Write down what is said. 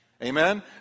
Amen